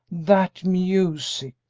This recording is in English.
that music!